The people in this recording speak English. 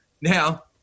Now